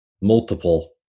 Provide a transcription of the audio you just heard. multiple